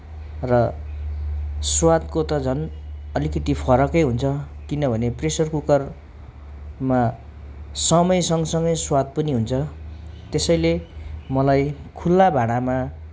र स्वादको त झन् अलिकति फरकै हुन्छ किनभने प्रेसर कुकरमा समय सँगसँगै स्वाद पनि हुन्छ त्यसैले मलाई खुल्ला भाँडामा